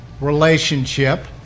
relationship